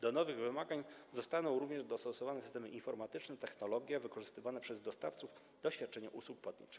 Do nowych wymagań zostaną również dostosowane systemy informatyczne, technologia wykorzystywana przez dostawców do świadczenia usług płatniczych.